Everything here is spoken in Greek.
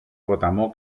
ποταμό